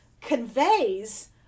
conveys